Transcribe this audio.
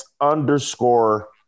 underscore